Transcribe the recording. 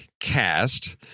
Cast